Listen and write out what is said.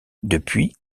depuis